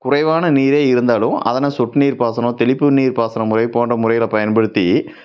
குறைவான நீரே இருந்தாலும் அதனை சொட்டு நீர் பாசனம் தெளிப்பு நீர் பாசனம் முறை போன்ற முறைகளை பயன்படுத்தி